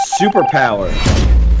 superpower